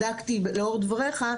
בדקתי לאור דבריך,